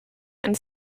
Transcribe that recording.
and